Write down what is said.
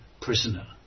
prisoner